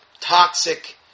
toxic